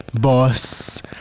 Boss